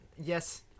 yes